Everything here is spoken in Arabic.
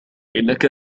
إنك